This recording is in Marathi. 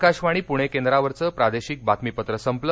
आकाशवाणी पुणे केंद्रावरचं प्रादेशिक बातमीपत्र संपलं